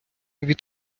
від